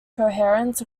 coherence